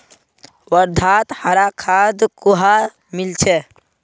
वर्धात हरा खाद कुहाँ मिल छेक